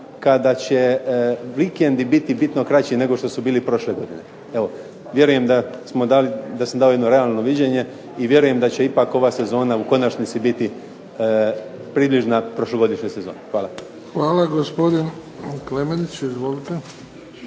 kada će vikendi biti bitno kraći nego što su bili prošle godine. Evo, vjerujem da sam dao jedno realno viđenje i vjerujem da će ipak ova sezona u konačnici biti približna prošlogodišnjoj sezoni. Hvala. **Bebić, Luka (HDZ)** Hvala. Gospodin Klemenić, izvolite.